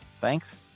Thanks